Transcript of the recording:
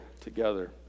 together